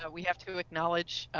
ah we have to acknowledge